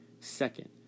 Second